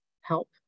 help